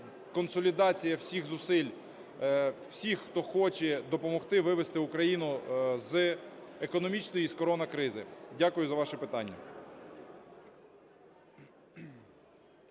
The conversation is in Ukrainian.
консолідація всіх зусиль всіх, хто хоче допомогти вивести Україну з економічної і з коронакризи. Дякую за ваше питання.